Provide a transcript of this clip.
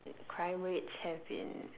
crime rates have been